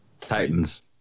Titans